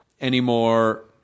anymore